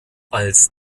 als